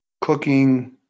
cooking